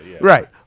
Right